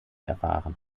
erfahren